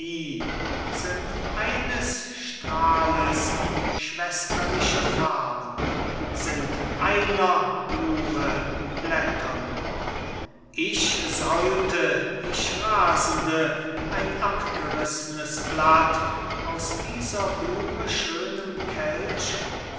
sind eines strahles schwesterliche farben sind einer blume blätter nur ich sollte ich rasende ein abgerißnes blatt aus dieser blume schönem kelch